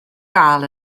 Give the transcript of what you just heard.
gael